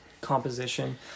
composition